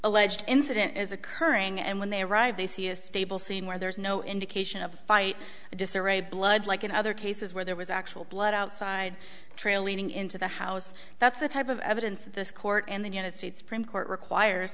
alleged incident is occurring and when they arrive they see a stable scene where there is no indication of a fight disarray blood like in other cases where there was actual blood outside trail leading into the house that's the type of evidence that this court in the united states supreme court require